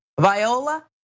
Viola